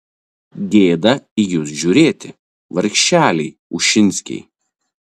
gėda į jus žiūrėti vargšeliai ušinskiai